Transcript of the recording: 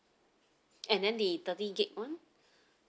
and then the thirty gig one